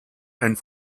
and